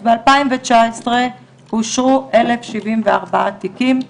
אז בשנת 2017 אושרו 1,074 תיקים,